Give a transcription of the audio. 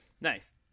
Nice